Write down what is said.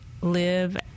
live